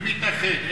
מי מתאחד,